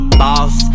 boss